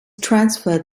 transferred